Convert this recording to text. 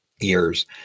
years